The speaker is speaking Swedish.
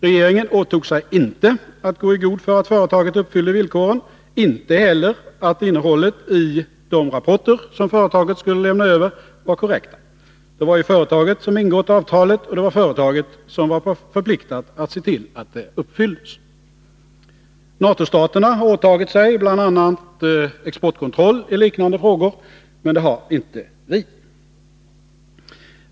Regeringen åtog sig inte att gå i god för att företaget uppfyllde villkoren, inte heller för att innehållet i de rapporter som företaget skulle lämna över var korrekt. Det var ju företaget som ingått avtalet, och det var företaget som var förpliktat att se till att det uppfylldes. NATO-staterna har i liknande frågor åtagit sig bl.a. exportkontroll, men det har inte vi.